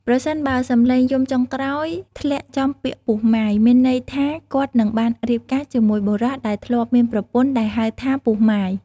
ប្រសិនបើសំឡេងយំចុងក្រោយធ្លាក់ចំពាក្យ ពោះម៉ាយ មានន័យថាគាត់នឹងបានរៀបការជាមួយបុរសដែលធ្លាប់មានប្រពន្ធដែលហៅថា ពោះម៉ាយ ។